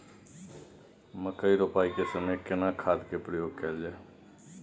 मकई रोपाई के समय में केना खाद के प्रयोग कैल जाय?